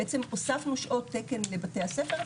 בעצם הוספנו שעות תקן לבתי הספר,